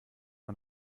man